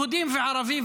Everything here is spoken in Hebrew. יהודים וערבים,